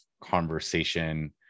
conversation